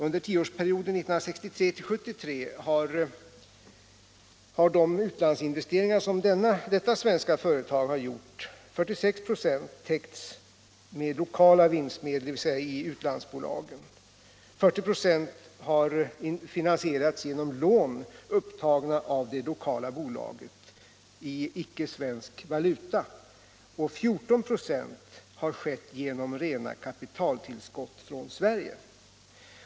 Under tioårsperioden 1963-1973 har de utlandsinvesteringar som detta svenska företag gjort till 46 96 täckts med lokala vinstmedel, dvs. vinstmedel i utlandsbolagen. 40 96 har finansierats genom lån upptagna av de lokala bolagen i icke svensk valuta, och 14 96 har täckts genom rena kapitaltillskott från Sverige.